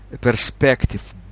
perspective